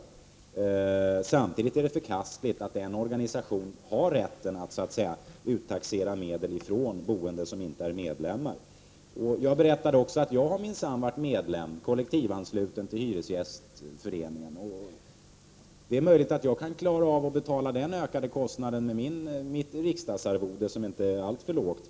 För det andra är det förkastligt att en organisation har rätten att uttaxera medel från boende som inte är medlemmar. Jag berättade också att jag minsann varit medlem, kollektivansluten till Hyresgästföreningen. Det är möjligt att jag kan klara av att betala den ökade kostnaden med mitt riksdagsarvode, som inte är alltför lågt.